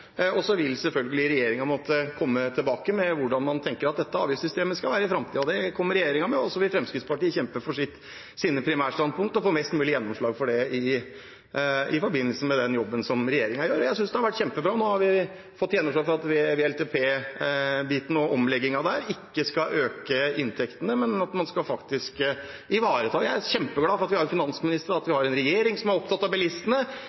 og så vil selvfølgelig regjeringen måtte komme tilbake til hvordan man mener at dette avgiftssystemet skal være i framtiden. Det kommer regjeringen med, og så vil Fremskrittspartiet kjempe for sine primærstandpunkt og for å få mest mulig gjennomslag for dem i forbindelse med den jobben som regjeringen gjør. Jeg synes det har vært kjempebra. Nå har vi fått gjennomslag for WLTP-biten og at omleggingen der ikke skal øke inntektene. Jeg er kjempeglad for at vi har en finansminister og en regjering som er opptatt av bilistene,